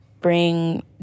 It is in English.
bring